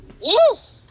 Yes